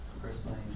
personally